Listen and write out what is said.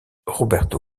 roberto